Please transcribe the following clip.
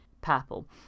purple